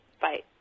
Bye